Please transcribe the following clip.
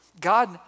God